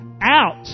out